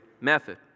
method